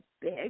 big